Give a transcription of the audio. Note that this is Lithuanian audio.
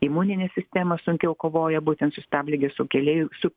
imuninė sistema sunkiau kovoja būtent su stabligės sukėlėju su